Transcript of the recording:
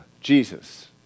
Jesus